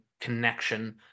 connection